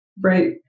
right